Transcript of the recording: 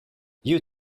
you